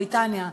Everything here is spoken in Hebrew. בריטניה,